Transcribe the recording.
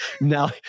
Now